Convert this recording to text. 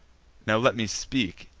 now let me speak,